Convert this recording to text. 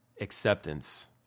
acceptance